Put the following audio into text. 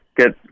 get